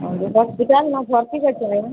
ହସ୍ପିଟାଲ୍ନେ ଭର୍ତ୍ତି କରିଛେ ମ୍ୟାଡ଼ମ୍